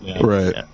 right